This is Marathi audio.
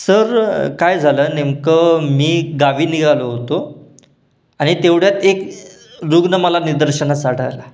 सर काय झालं नेमकं मी गावी निघालो होतो आणि तेवढ्यात एक रुग्ण मला निदर्शनास आढळला